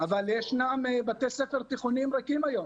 אבל ישנם בתי ספר תיכוניים ריקים היום